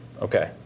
Okay